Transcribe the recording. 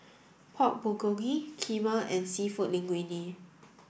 Pork Bulgogi Kheema and Seafood Linguine